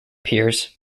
piers